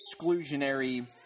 exclusionary